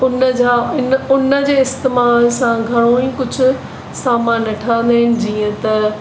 ऊन जा इन ऊन जे इस्तेमाल सां घणेई कुझु सामान ठहंदा आहिनि जीअं त